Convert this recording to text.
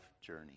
journey